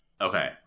Okay